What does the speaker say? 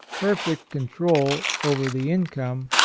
perfect control over the income,